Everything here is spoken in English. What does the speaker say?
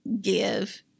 give